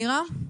מירה?